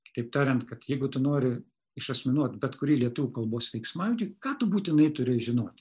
kitaip tariant kad jeigu tu nori išasmenuot bet kurį lietuvių kalbos keiksmažodį kad būtinai turi žinoti